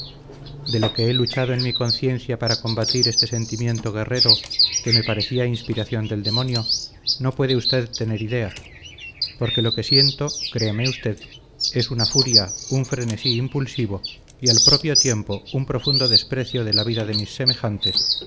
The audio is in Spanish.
de lo que he luchado en mi conciencia para combatir este sentimiento guerrero que me parecía inspiración del demonio no puede usted tener idea porque lo que siento créame usted es una furia un frenesí impulsivo y al propio tiempo un profundo desprecio de la vida de mis semejantes